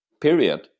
period